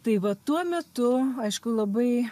tai va tuo metu aišku labai